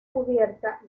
cubierta